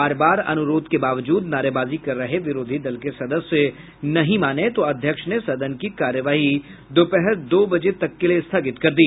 बार बार अनुरोध के बावजूद नारेबाजी कर रहे विरोधी दल के सदस्य नहीं माने तो अध्यक्ष ने सदन की कार्यवाही दोपहर दो बजे तक के लिए स्थगित कर दी